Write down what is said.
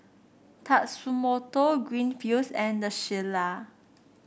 Tatsumoto Greenfields and The Shilla